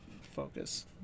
focus